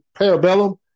Parabellum